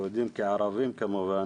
יהודים כערבים כמובן,